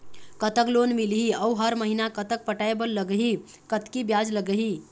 कतक लोन मिलही अऊ हर महीना कतक पटाए बर लगही, कतकी ब्याज लगही?